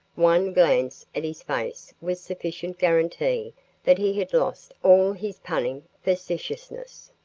one glance at his face was sufficient guarantee that he had lost all his punning facetiousness.